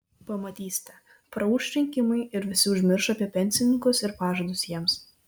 pamatysite praūš rinkimai ir visi užmirš apie pensininkus ir pažadus jiems